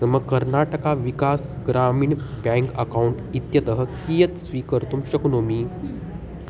मम Karnataka Vikas Grameena bank account इत्यतः कियत् स्वीकर्तुं शक्नोमि